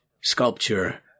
sculpture